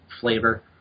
flavor